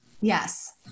Yes